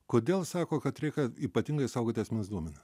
kodėl sako kad reikia ypatingai saugoti asmens duomenis